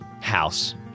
house